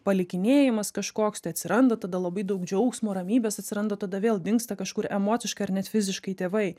palikinėjimas kažkoks tai atsiranda tada labai daug džiaugsmo ramybės atsiranda tada vėl dingsta kažkur emociškai ar net fiziškai tėvai